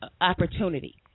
opportunity